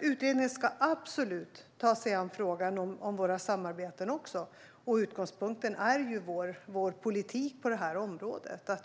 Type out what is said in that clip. Utredningen ska absolut ta sig an frågan om våra samarbeten. Utgångspunkten är vår politik på området.